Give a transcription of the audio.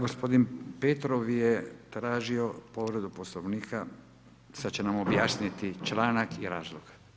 Gospodin Petrov je tražio povredu Poslovnika pa će nam objasniti članak i razlog.